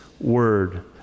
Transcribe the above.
word